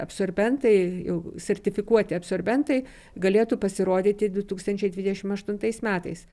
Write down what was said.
absorbentai jau sertifikuoti absorbentai galėtų pasirodyti du tūkstančiai dvidešimt aštuntais metais